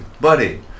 buddy